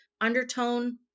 undertone